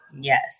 Yes